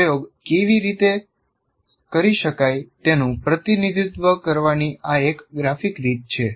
તેથી પ્રયોગ કેવી રીતે કરી શકાય તેનું પ્રતિનિધિત્વ કરવાની આ એક ગ્રાફિક રીત છે